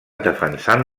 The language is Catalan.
defensant